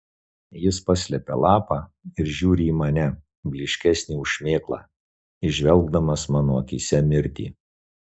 jis paslepia lapą ir žiūri į mane blyškesnį už šmėklą įžvelgdamas mano akyse mirtį